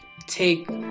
take